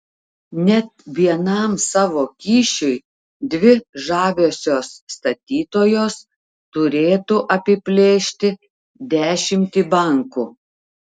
net vienam savo kyšiui dvi žaviosios statytojos turėtų apiplėšti dešimtį bankų